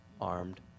armed